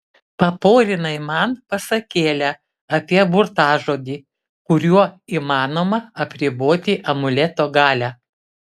paporinai man pasakėlę apie burtažodį kuriuo įmanoma apriboti amuleto galią